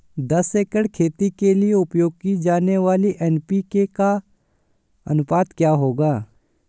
दस एकड़ खेती के लिए उपयोग की जाने वाली एन.पी.के का अनुपात क्या होगा?